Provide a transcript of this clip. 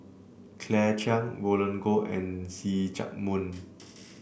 Claire Chiang Roland Goh and See Chak Mun